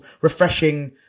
refreshing